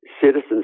citizen's